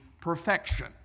perfection